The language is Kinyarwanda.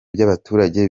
by’abaturage